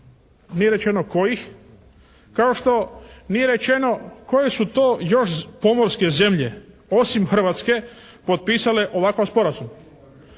Nije rečeno kojih. Kao što nije rečeno koje su to još pomorske zemlje, osim Hrvatske, potpisale ovakav sporazum.